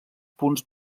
punts